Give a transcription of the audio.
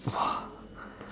!wah!